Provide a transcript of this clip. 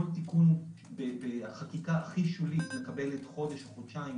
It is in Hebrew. כל תיקון בחקיקה הכי שולית מקבל חודש חודשיים